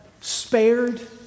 spared